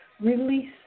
Release